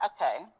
okay